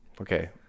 Okay